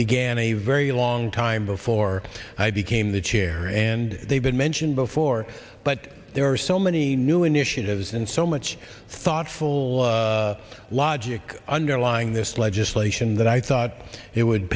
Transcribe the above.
began a very long time before i became the chair and they've been mentioned before but there are so many new initiatives and so much thoughtful logic underlying this legislation that i thought it would